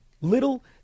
little